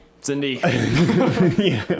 Cindy